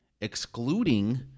excluding